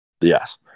Yes